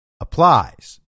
applies